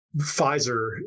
Pfizer